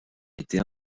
été